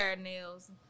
nails